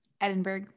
Edinburgh